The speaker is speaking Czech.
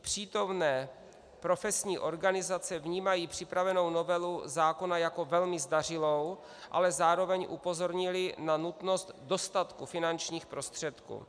Přítomné profesní organizace vnímají připravenou novelu zákona jako velmi zdařilou, ale zároveň upozornily na nutnost dostatku finančních prostředků.